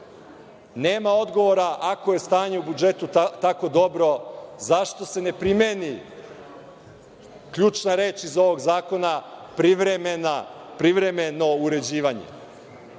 Nema odgovora. Ako je stanje u budžetu tako dobro zašto se ne primeni ključna reč iz ovog zakona „privremeno“ uređivanje?